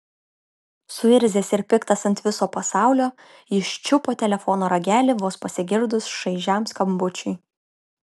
suirzęs ir piktas ant viso pasaulio jis čiupo telefono ragelį vos pasigirdus šaižiam skambučiui